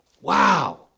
Wow